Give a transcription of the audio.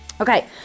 Okay